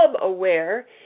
aware